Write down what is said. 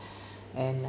and